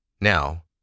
Now